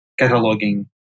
cataloging